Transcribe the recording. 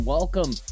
Welcome